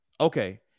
Okay